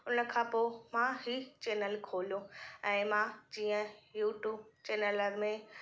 हुन खां पोइ मां ही चेनल खोलियो ऐं मां जीअं यूटूब चेनल में